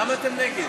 למה אתם נגד?